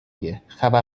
گهخبر